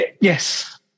yes